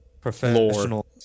professional